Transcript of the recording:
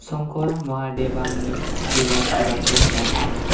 शंकर महादेभाननि शिभा शिभाखौ दाम